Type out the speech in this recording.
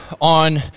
on